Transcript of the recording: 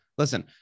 Listen